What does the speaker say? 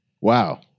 Wow